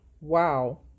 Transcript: wow